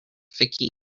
vicky